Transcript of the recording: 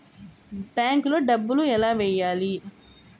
బ్యాంక్లో డబ్బులు ఎలా వెయ్యాలి?